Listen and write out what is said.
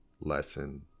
lesson